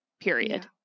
period